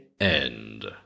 End